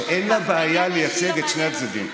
כך שאין לה בעיה לייצג את שני הצדדים,